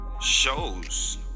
shows